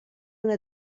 una